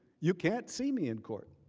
you cannot see me in court.